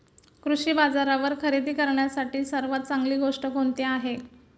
कृषी बाजारावर खरेदी करण्यासाठी सर्वात चांगली गोष्ट कोणती आहे?